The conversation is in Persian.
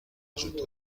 وجود